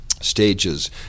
Stages